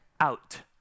out